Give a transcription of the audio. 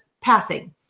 passing